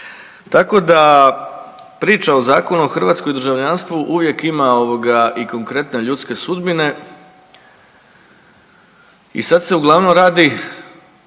Tako da priča o Zakonu o hrvatskom državljanstvu uvijek ima ovoga i konkretne ljudske sudbine i sad se uglavnom radi